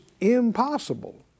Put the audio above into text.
impossible